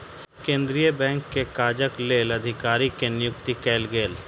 केंद्रीय बैंक के काजक लेल अधिकारी के नियुक्ति कयल गेल